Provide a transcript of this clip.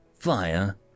Fire